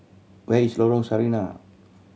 where is Lorong Sarina